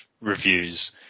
reviews